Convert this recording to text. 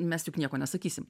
mes juk nieko nesakysim